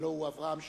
הלוא הוא אברהם שטרן,